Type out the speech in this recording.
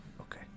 Okay